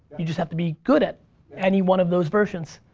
you just have to be good at any one of those versions.